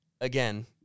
again